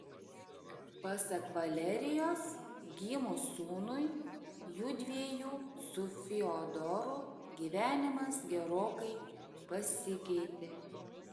pasak valerijos gimus sūnui judviejų su fiodoru gyvenimas gerokai pasikeitė